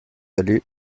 allé